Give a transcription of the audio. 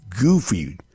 goofy